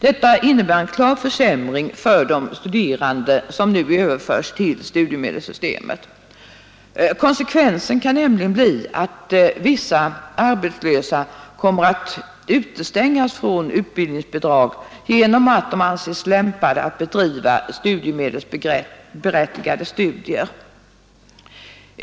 Detta innebär en klar försämring för de vuxenstuderande som nu överförs till studiemedelssystemet. Konsekvensen kan nämligen bli att vissa arbetslösa kommer att utestängas från utbildningsbidrag genom att de anses lämpade att bedriva studiemedelsberättigade studier.